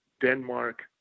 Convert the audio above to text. Denmark